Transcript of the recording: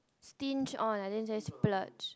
stinge on I didn't say splurge